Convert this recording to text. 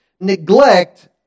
Neglect